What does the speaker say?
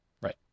Right